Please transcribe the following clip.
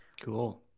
Cool